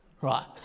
Right